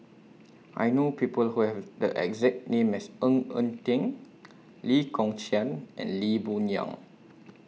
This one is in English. I know People Who Have The exact name as Ng Eng Teng Lee Kong Chian and Lee Boon Yang